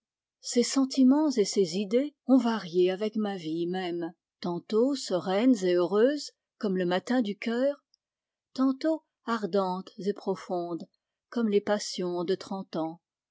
ces sentimens et ces idées ont varié avec ma vie même tantôt sereines et heureuses comme le matin du cœur tantôt ardentes et profondes comme les passions de trente ans